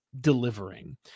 delivering